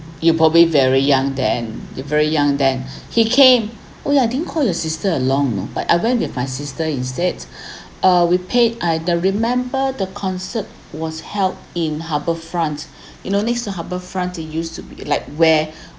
you probably very young then you're very young then he came oh I didn't called your sister along you know but I went with my sister instead uh we paid I the remember the concert was held in harbourfront you know next to harbourfront there used to be like where